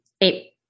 eight